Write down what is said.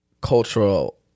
cultural